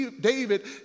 David